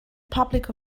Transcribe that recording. public